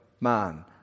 man